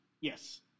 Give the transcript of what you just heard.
Yes